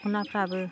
दखनाफ्राबो